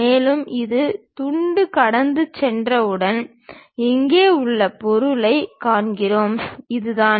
மேலும் இந்த துண்டு கடந்து சென்றவுடன் இங்கே உள்ள பொருளைக் காண்கிறோம் இதுதான்